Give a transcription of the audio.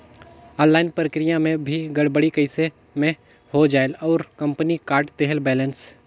Online प्रक्रिया मे भी गड़बड़ी कइसे मे हो जायेल और कंपनी काट देहेल बैलेंस?